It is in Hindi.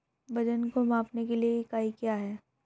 वजन को मापने के लिए इकाई क्या है?